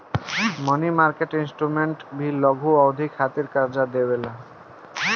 मनी market instruments भी लघु अवधि खातिर कार्जा दिअवावे ला